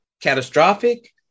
catastrophic